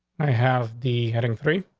i have the heading free.